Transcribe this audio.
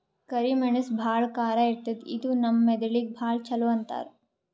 ಕರಿ ಮೆಣಸ್ ಭಾಳ್ ಖಾರ ಇರ್ತದ್ ಇದು ನಮ್ ಮೆದಳಿಗ್ ಭಾಳ್ ಛಲೋ ಅಂತಾರ್